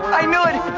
i knew it!